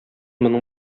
моның